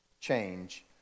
change